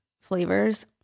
flavors